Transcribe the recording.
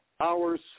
hours